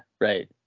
right